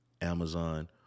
Amazon